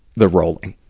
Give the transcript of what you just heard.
the rolling.